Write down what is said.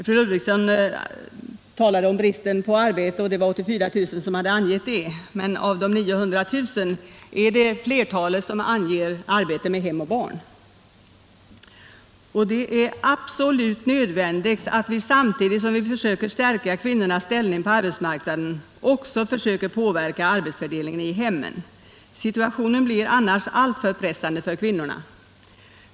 Ingrid Ludvigsson talade om arbetsbristen och sade att det var 84 000 kvinnor som hade angett det skälet, men av de 900 000 kvinnorna anger flertalet som skäl arbete med hem och barn. Det är absolut nödvändigt att vi, samtidigt som vi försöker stärka kvinnornas ställning på arbetsmarknaden, söker påverka arbetsfördelningen i hemmen. Situationen blir annars alltför pressande för kvinnorna.